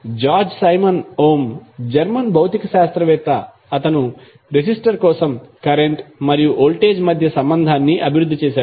George Simon Ohm German భౌతిక శాస్త్రవేత్త అతను రెసిస్టర్ కోసం కరెంట్ మరియు వోల్టేజ్ మధ్య సంబంధాన్ని అభివృద్ధి చేశాడు